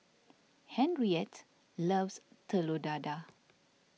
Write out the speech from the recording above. Henriette loves Telur Dadah